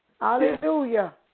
hallelujah